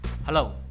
Hello